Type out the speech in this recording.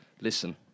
Listen